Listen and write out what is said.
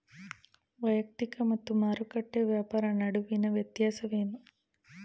ವೈಯಕ್ತಿಕ ಮತ್ತು ಮಾರುಕಟ್ಟೆ ವ್ಯಾಪಾರ ನಡುವಿನ ವ್ಯತ್ಯಾಸವೇನು?